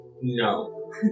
No